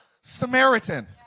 Samaritan